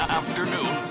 afternoon